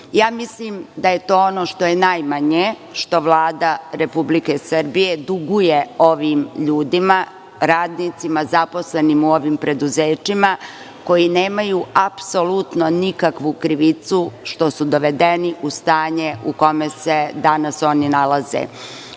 da je to ono što je najmanje što Vlada Republike Srbije duguje ovim ljudima, radnicima, zaposlenim u ovim preduzećima, koji nemaju apsolutno nikakvu krivicu što su dovedeni u stanje u kome se danas oni nalaze.